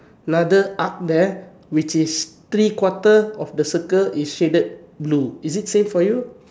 another arc there which is three quarter of the circle is shaded blue is it same for you